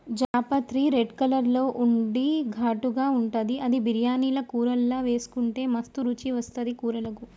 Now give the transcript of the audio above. జాపత్రి red colour లో ఉండి ఘాటుగా ఉంటది అది బిర్యానీల కూరల్లా వేసుకుంటే మస్తు రుచి వస్తది కూరలకు